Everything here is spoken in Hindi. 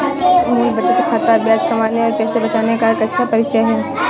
मूल बचत खाता ब्याज कमाने और पैसे बचाने का एक अच्छा परिचय है